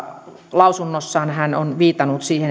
lausunnossaan hän on viitannut siihen